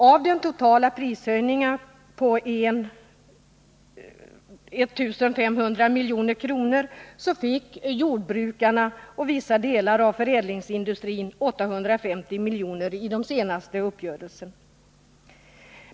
Av den totala prishöjningen på 1 500 milj.kr. fick jordbrukarna och vissa delar av förädlingsindustrin 850 milj.kr. i den senaste uppgörelsen.